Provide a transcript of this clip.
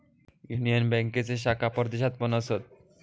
union बँकेचे शाखा परदेशात पण असत